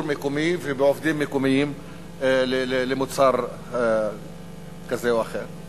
מקומי של מוצר כזה או אחר ובעובדים מקומיים.